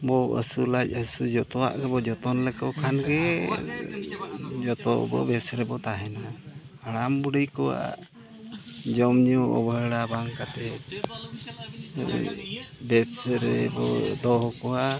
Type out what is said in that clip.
ᱵᱚᱦᱚᱜ ᱦᱟᱹᱥᱩ ᱞᱟᱡ ᱦᱟᱹᱥᱩ ᱡᱚᱛᱚᱣᱟᱜ ᱜᱮᱵᱚᱱ ᱡᱚᱛᱚᱱ ᱞᱮᱠᱚ ᱠᱷᱟᱱ ᱜᱮ ᱡᱚᱛᱚ ᱟᱵᱚ ᱵᱮᱥ ᱨᱮᱵᱚᱱ ᱛᱟᱦᱮᱱᱟ ᱦᱟᱲᱟᱢᱼᱵᱩᱲᱦᱤ ᱠᱚᱣᱟᱜ ᱡᱚᱢᱼᱧᱩ ᱚᱵᱚᱦᱮᱲᱟ ᱵᱟᱝ ᱠᱟᱛᱮᱫ ᱵᱮᱥ ᱨᱮ ᱵᱚ ᱫᱚᱦᱚ ᱠᱚᱣᱟ